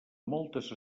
moltes